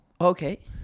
Okay